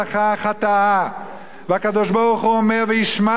והקדוש-ברוך-הוא אומר: "והשמדתי אֹתה מעל פני האדמה